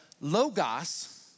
logos